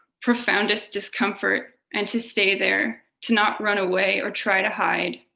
profound us discomfort, and to stay there to not run away or try to hide.